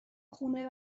خونه